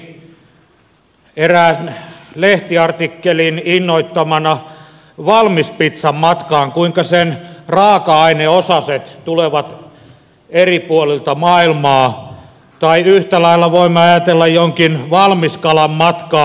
maatalousministeri viittasi erään lehtiartikkelin innoittamana valmispitsan matkaan kuinka sen raaka aineosaset tulevat eri puolilta maailmaa tai yhtä lailla voimme ajatella jonkin valmiskalan matkaa